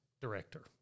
director